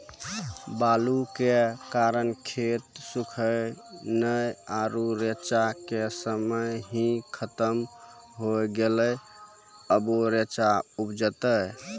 बालू के कारण खेत सुखले नेय आरु रेचा के समय ही खत्म होय गेलै, अबे रेचा उपजते?